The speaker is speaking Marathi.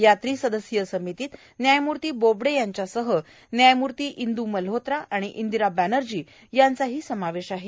या त्रि सदस्यीय समितीत न्यायमूर्ती बोबडे यांच्यासह न्यायमूर्ती इंदू मल्होत्रा आणि इंदिरा बॅनर्जी यांचाही समावेश आहे